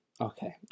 Okay